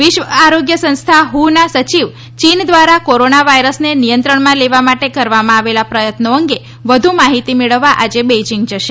વિશ્વ આરોગ્ય સંસ્થા ઠ્ ના સચિવ ચીન દ્વારા કોરોના વાયરસને નિયંત્રણમાં લેવા માટે કરવામાં આવેલા પ્રયત્નો અંગે વધુ માહિતી મેળવવા આજે બેઇજિંગ જશે